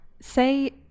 Say